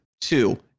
two